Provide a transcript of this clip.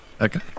Okay